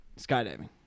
skydiving